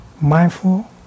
mindful